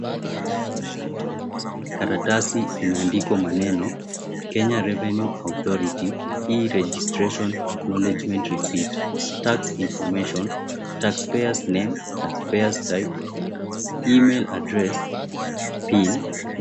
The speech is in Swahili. Karatasi imeandikwa maneno, Kenya Revenue Authority, Registration Acknowledgement Receipt, Tax Information, Tax Payers Name, Tax Payers Type, Email Address, Pin.